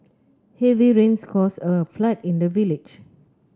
heavy rains caused a flood in the village